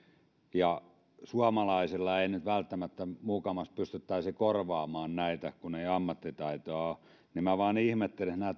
ja että suomalaisilla ei nyt välttämättä mukamas pystyttäisi korvaamaan näitä kun ei ammattitaitoa ole minä vain ihmettelen että nämä